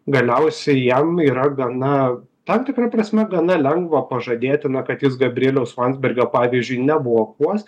galiausiai jam yra gana tam tikra prasme gana lengva pažadėti na kad jis gabrieliaus landsbergio pavyzdžiui neblokuos